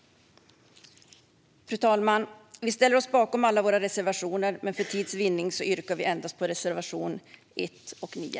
Fru talman! Vi ställer oss bakom alla våra reservationer, men för tids vinnande yrkar jag bifall endast till reservationerna 1 och 9.